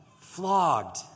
flogged